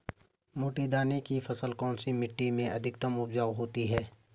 मोटे दाने की फसल कौन सी मिट्टी में अत्यधिक उपजाऊ होती है?